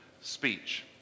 speech